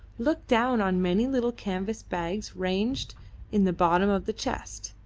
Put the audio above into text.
looked down on many little canvas bags ranged in the bottom of the chest,